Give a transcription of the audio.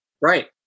Right